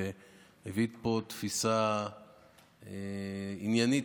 שהביא פה תפיסה עניינית,